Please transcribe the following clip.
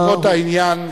בנסיבות העניין,